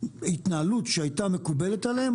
התנהלות שהייתה מקובלת עליהם,